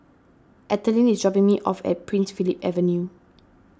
Ethelene is dropping me off at Prince Philip Avenue